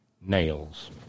nails